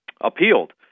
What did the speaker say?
appealed